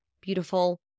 beautiful